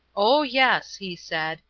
oh, yes, he said,